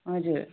हजुर